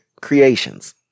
creations